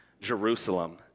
Jerusalem